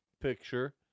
picture